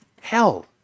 hell